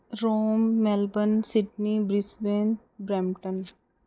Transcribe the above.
Rome Melbourne Sydney Brisbane Brampton